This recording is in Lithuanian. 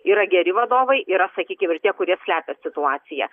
yra geri vadovai yra sakykim ir tie kurie slepia situaciją